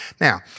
Now